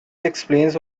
explains